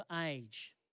age